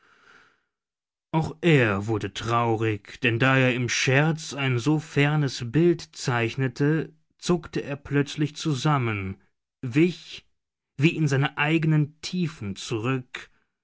auch er wurde traurig denn da er im scherz ein so fernes bild zeichnete zuckte er plötzlich zusammen wich wie in seine eigenen tiefen zurück